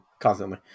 constantly